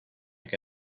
que